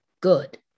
good